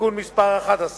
(תיקון מס' 11),